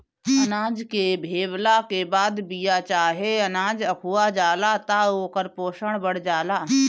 अनाज के भेवला के बाद बिया चाहे अनाज अखुआ जाला त ओकर पोषण बढ़ जाला